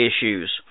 issues